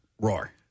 Roar